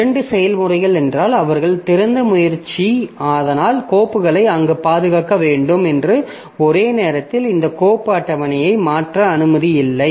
இரண்டு செயல்முறைகள் என்றால் அவர்கள் திறந்த முயற்சி அதனால் கோப்புகளை அங்கு பாதுகாப்பு வேண்டும் என்று ஒரே நேரத்தில் இந்த கோப்பு அட்டவணையை மாற்ற அனுமதி இல்லை